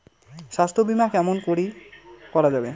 স্বাস্থ্য বিমা কেমন করি করা যাবে?